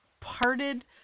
parted